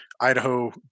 Idaho